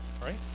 right